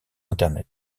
internet